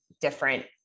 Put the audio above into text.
different